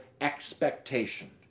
expectation